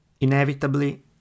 Inevitably